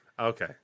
Okay